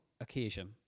Occasion